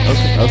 Okay